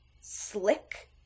slick